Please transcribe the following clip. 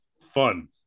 fun